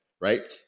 Right